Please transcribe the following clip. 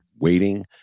waiting